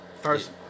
First